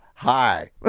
Hi